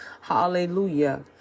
Hallelujah